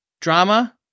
drama